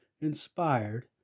inspired